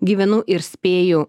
gyvenu ir spėju